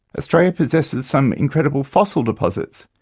australia possesses some incredible fossil deposits.